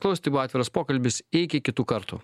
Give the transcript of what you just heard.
klausė tai buvo atviras pokalbis iki kitų kartų